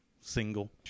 single